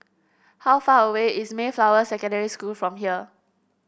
how far away is Mayflower Secondary School from here